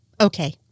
okay